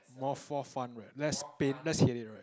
more for fun right less pain less headache right